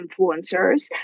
influencers